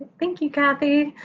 thank you, kathy.